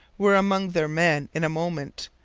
were among their men in a moment,